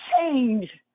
change